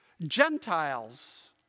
Gentiles